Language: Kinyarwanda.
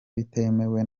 bitemewe